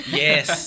yes